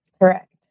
Correct